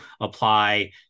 apply